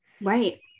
right